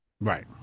Right